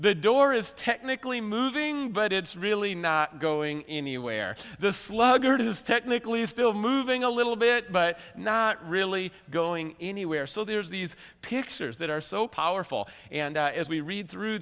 the door is technically moving but it's really not going anywhere the sluggard is technically still moving a little bit but not really going anywhere so there is these pictures that are so powerful and as we read through